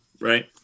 right